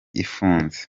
ifunze